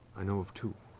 i know of two.